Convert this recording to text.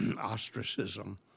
ostracism